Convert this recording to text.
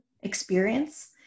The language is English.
experience